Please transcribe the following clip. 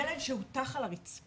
תיק של ילד שהוטח על הרצפה.